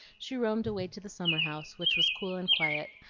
she roamed away to the summer-house, which was cool and quiet,